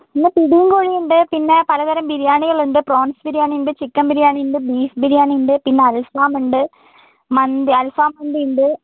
ഇന്ന് പിടിയും കോഴിയും ഉണ്ട് പിന്നെ പലതരം ബിരിയാണികളുണ്ട് പ്രോൺസ് ബിരിയാണി ഉണ്ട് ചിക്കൻ ബിരിയാണി ഉണ്ട് ബീഫ് ബിരിയാണി ഉണ്ട് പിന്നെ അൽഫാമുണ്ട് മന്തി അൽഫാം മന്തി ഉണ്ട്